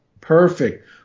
Perfect